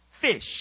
Fish